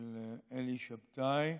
של אלי שבתאי,